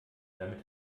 damit